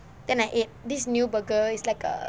then I ate this new burger is like a